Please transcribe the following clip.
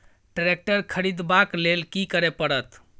Tractor खरीदबाक लेल की करय परत?